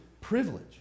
privilege